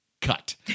Cut